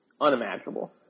unimaginable